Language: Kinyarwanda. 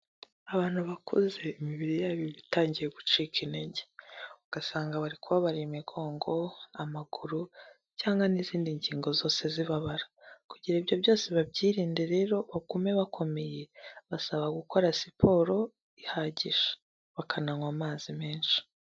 Abantu bakuze imibiri yabo iba itangiye gucika intege, ugasanga bari kubabara imigongo, amaguru cyangwa n'izindi ngingo zose zibabara kugira ibyo byose babyirinde rero bagume bakomeye basaba gukora siporo ihagije, bakananywa amazi menshi.